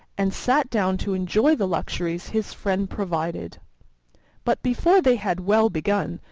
and sat down to enjoy the luxuries his friend provided but before they had well begun,